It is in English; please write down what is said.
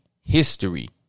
history